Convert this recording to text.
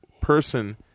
person